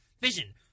vision